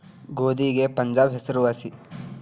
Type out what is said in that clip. ಗೋಧಿಗೆ ಪಂಜಾಬ್ ಹೆಸರು ವಾಸಿ